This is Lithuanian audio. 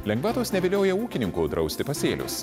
lengvatos nevilioja ūkininkų drausti pasėlius